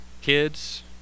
kids